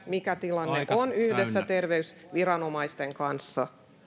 mikä tilanne on yhdessä terveysviranomaisten kanssa